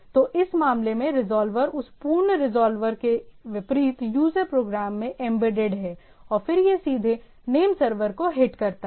तो इस मामले में रिज़ॉल्वर उस पूर्ण रिज़ॉल्वर के विपरीत यूजर प्रोग्राम में एम्बेडेड है और फिर यह सीधे नेम सर्वर को हिट करता है